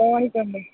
tonic ഉണ്ട്